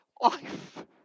life